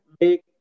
make